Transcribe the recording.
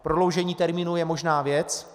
Prodloužení termínu je možná věc.